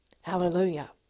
Hallelujah